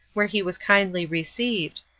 where he was kindly received,